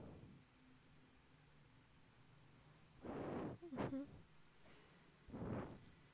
mm mm